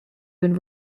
been